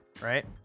right